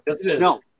No